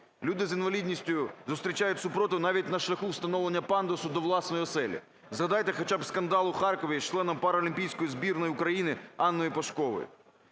Люди з інвалідністю зустрічають супротив навіть на шляху встановлення пандусу до власної оселі. Згадайте хоча б скандал у Харкові з членом паралімпійської збірної України Анною Пашковою.